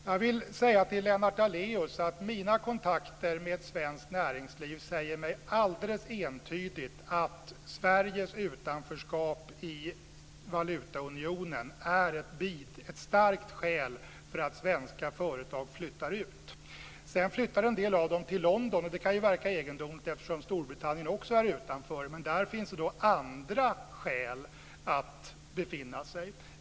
Jag vill säga till Lennart Daléus att mina kontakter med svenskt näringsliv säger mig alldeles entydigt att Sveriges utanförskap i valutaunionen är ett starkt skäl till att svenska företag flyttar ut. Sedan flyttar en del av dem till London, och det kan ju verka egendomligt eftersom Storbritannien också står utanför, men där finns det då andra skäl att befinna sig.